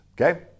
okay